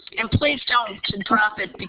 and please don't drop it